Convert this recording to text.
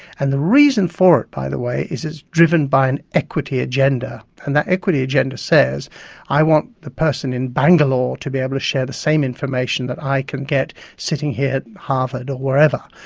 and the reason for it, by the way, is it's driven by an equity agenda, and that equity agenda says i want the person in bangalore to be able to share the same information that i can get sitting here at harvard or wherever.